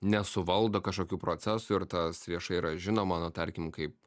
nesuvaldo kažkokių procesų ir tas viešai yra žinoma na tarkim kaip